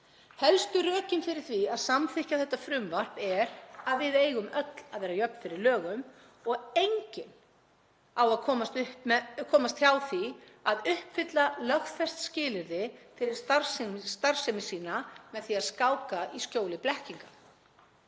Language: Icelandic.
Helstu rökin fyrir því að samþykkja þetta frumvarp er að við eigum öll að vera jöfn fyrir lögum og enginn á að komast upp með að komast hjá því að uppfylla lögfest skilyrði fyrir starfsemi sinni með því að skáka í skjóli blekkinga.